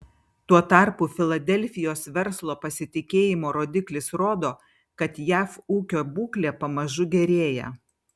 tuo tarpu filadelfijos verslo pasitikėjimo rodiklis rodo kad jav ūkio būklė pamažu gerėja